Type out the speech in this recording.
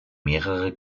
mehrere